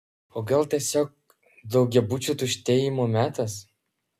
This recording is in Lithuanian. o gal tiesiog daugiabučių tuštėjimo metas